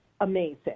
amazing